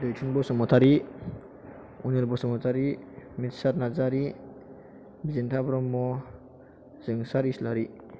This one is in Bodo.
दैथुन बसुमतारी अनिल बसुमतारी मिथिसार नार्जारि बिदिन्था ब्रह्म जोंसार इसलारि